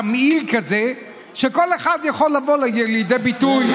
תמהיל כזה שבו כל אחד יכול לבוא לידי ביטוי.